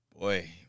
Boy